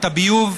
את הביוב,